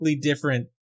different